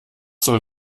soll